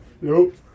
Nope